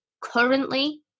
currently